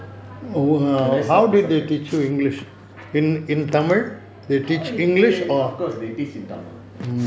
the rest of the subjects of course they teach in tamil